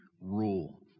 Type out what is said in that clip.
rule